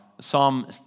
Psalm